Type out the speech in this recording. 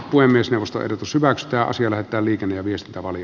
puhemiesneuvosto eli pysyvä ekstraa sillä että liikenne viestintä oli